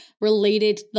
related